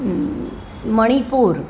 Manipur